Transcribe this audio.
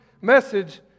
message